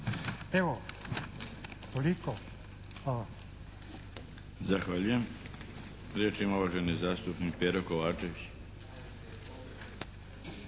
Darko (HDZ)** Zahvaljujem. Riječ ima uvaženi zastupnik Pero Kovačević.